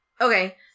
Okay